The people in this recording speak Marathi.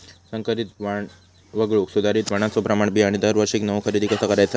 संकरित वाण वगळुक सुधारित वाणाचो प्रमाण बियाणे दरवर्षीक नवो खरेदी कसा करायचो?